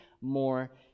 more